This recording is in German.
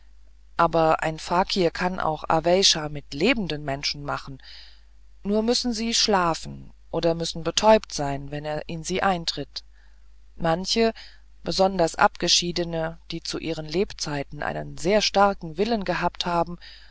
aber ein fakir kann auch aweysha mit lebenden menschen machen nur müssen sie schlafen oder müssen betäubt sein wenn er in sie eintritt manche und besonders abgeschiedene die zu ihren lebzeiten einen sehr starken willen gehabt haben